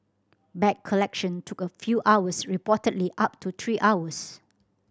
bag collection took a few hours reportedly up to three hours